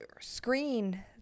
screen